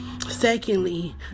Secondly